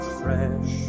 fresh